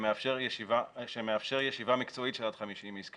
שמאפשר ישיבה מקצועית של עד 50 איש,